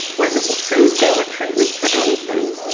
when soon as there were treatments for anything,